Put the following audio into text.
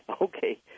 Okay